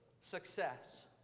success